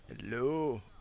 Hello